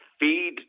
feed